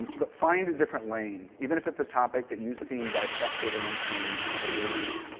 but find a different lane. even if it's a topic that you've seen dissected in in the news.